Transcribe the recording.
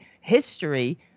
history